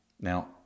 Now